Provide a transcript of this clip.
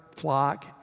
flock